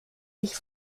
sich